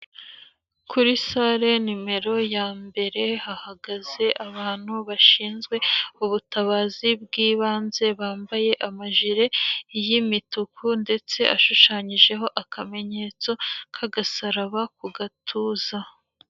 Kuri sale numero ya mbere hahagaze abantu bashinzwe ubutabazi bw'ibanze, bambaye amajire y'imituku ndetse ashushanyijeho akamenyetso k'agasaraba ku gatuza.